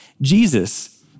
Jesus